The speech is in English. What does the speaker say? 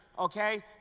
okay